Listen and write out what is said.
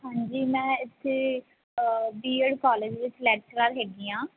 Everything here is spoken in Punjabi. ਹਾਂਜੀ ਮੈਂ ਇੱਥੇ ਬੀ ਐਡ ਕਾਲਜ ਵਿੱਚ ਲੈਕਚਰਾਰ ਹੈਗੀ ਹਾਂ